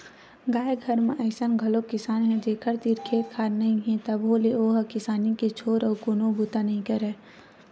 गाँव घर म अइसन घलोक किसान हे जेखर तीर खेत खार नइ हे तभो ले ओ ह किसानी के छोर अउ कोनो बूता नइ करय